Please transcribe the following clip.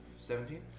Seventeen